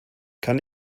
kann